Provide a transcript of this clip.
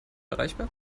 erreichbar